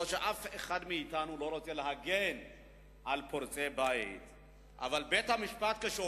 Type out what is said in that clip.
אני חושב שזו ההזדמנות להזכיר עוד פעם לבית-המשפט שאנחנו